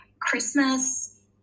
Christmas